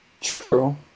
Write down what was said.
true